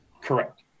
Correct